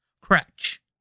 crutch